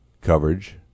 coverage